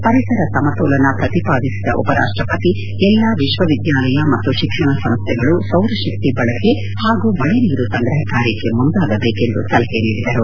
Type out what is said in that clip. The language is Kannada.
ಪರಿಸರ ಸಮತೋಲನ ಪ್ರತಿಪಾದಿಸಿದ ಉಪರಾಷ್ಟಪತಿ ಎಲ್ಲಾ ವಿಶ್ವವಿದ್ಯಾಲಯ ಮತ್ತು ಶಿಕ್ಷಣ ಸಂಸ್ಠೆಗಳು ಸೌರಶಕ್ತಿ ಬಳಕೆ ಹಾಗೂ ಮಳೆ ನೀರು ಸಂಗ್ರಪ ಕಾರ್ಯಕ್ಕೆ ಮುಂದಾಗಬೇಕು ಎಂದು ಸಲಹೆ ನೀಡಿದರು